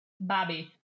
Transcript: Bobby